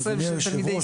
אדוני היו"ר,